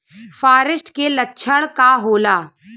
फारेस्ट के लक्षण का होला?